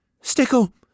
Stickle